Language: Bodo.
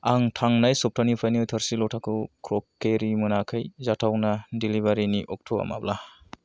आं थांनाय सबथानिफ्रायनो थोरसि लथाखौ क्रखकेरि मोनाखै जाथावना डेलिबारिनि अक्ट'आ माब्ला